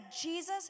Jesus